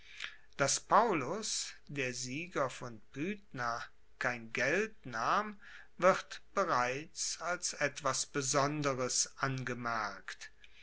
dass paullus der sieger von pydna kein geld nahm wird bereits als etwas besonderes angemerkt